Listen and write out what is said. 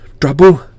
trouble